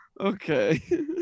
Okay